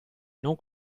non